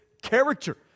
character